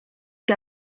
que